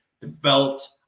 developed